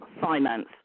finance